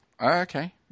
okay